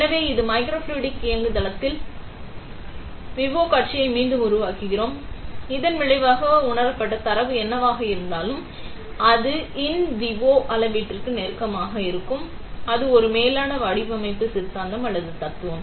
எனவே இந்த மைக்ரோஃப்ளூய்டிக் இயங்குதளத்தில் இன் விவோ காட்சியை மீண்டும் உருவாக்குகிறோம் இதன் விளைவாக உணரப்பட்ட தரவு என்னவாக இருந்தாலும் அது இன் விவோ அளவீட்டிற்கு நெருக்கமாக இருக்கும் அது ஒரு மேலான வடிவமைப்பு சித்தாந்தம் அல்லது தத்துவம்